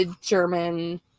German